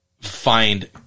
find